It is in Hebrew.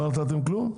לא נתתם כלום?